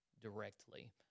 directly